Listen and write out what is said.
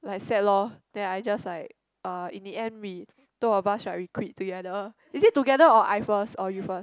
like sad lor then I just like uh in the end we two of us right we quit together is it together or I first or you first